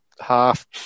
half